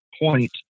point